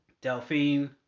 Delphine